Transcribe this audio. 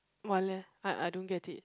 why leh I I don't get it